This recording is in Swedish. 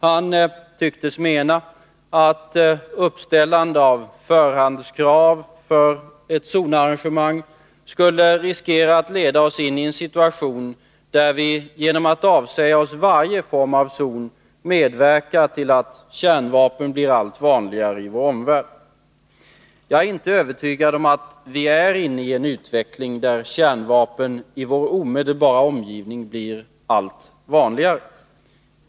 Han tycktes mena att vi med ett uppställande av förhandskrav när det gäller ett zonarrangemang skulle riskera att ledas in i en situation där vi genom att avsäga oss varje form av zon medverkar till att kärnvapen blir allt vanligare i vår omvärld. Jag är inte övertygad om att vi är inne i en utveckling där kärnvapen i vår omedelbara omgivning blir allt vanligare.